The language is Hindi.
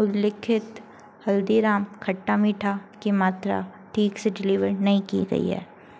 उल्लेखित हल्दीराम खट्टा मीठा की मात्रा ठीक से डिलीवर नहीं की गई है